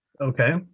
Okay